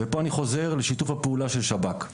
ופה אני חוזר לשיתוף הפעולה של שב"כ,